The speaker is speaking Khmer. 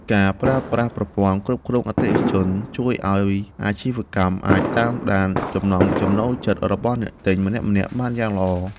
ការប្រើប្រាស់ប្រព័ន្ធគ្រប់គ្រងអតិថិជនជួយឱ្យអាជីវកម្មអាចតាមដានចំណង់ចំណូលចិត្តរបស់អ្នកទិញម្នាក់ៗបានយ៉ាងល្អ។